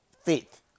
faith